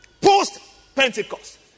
post-Pentecost